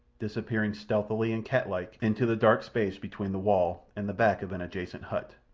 disappearing, stealthily and cat-like, into the dark space between the wall and the back of an adjacent hut.